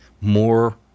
more